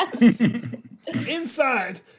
Inside